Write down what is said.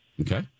Okay